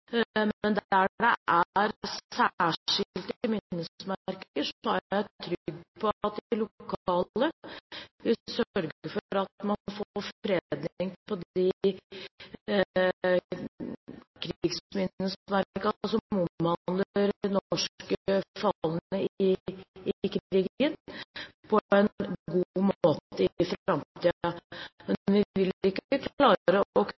Men der det er særskilte minnesmerker, er jeg trygg på at de lokale vil sørge for at man får fredning av de krigsminnesmerkene som omhandler norske falne i krigen, på en god måte